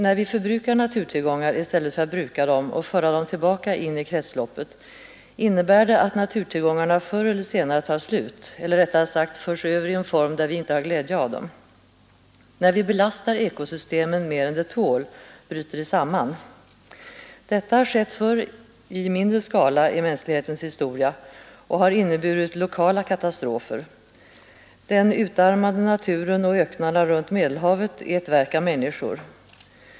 När vi förbrukar naturtillgångar i stället för att bruka dem och föra dem tillbaka in i kretsloppet innebär det att naturtillgångarna förr eller senare tar slut eller rättare sagt förs över i en form där vi inte har glädje av dem. När vi belastar ekosystemen mer än de tål bryter de samman. Detta har skett förr i mindre skala i mänsklighetens historia och har inneburit lokala katastrofer. Den utarmade naturen och öknarna runt Medelhavet är ett verk av människor.